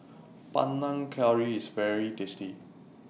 Panang Curry IS very tasty